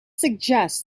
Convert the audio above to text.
suggests